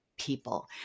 people